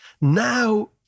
now